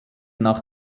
nach